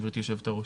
גברתי יושבת הראש.